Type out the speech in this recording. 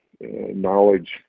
knowledge